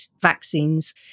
vaccines